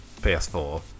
PS4